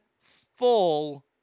full